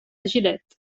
gilet